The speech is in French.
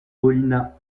paulina